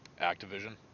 Activision